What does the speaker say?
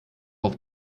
auf